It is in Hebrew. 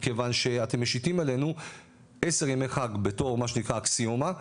כיוון שאתם משיטים עלינו עשר ימי חג בתור מה שנקרא אקסיומה,